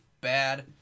bad